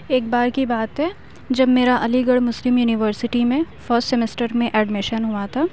ایک بار کی بات ہے جب میرا علی گڑھ مسلم یونیورسٹی میں فسٹ سیمسٹر میں ایڈمیشن ہوا تھا